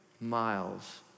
miles